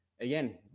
again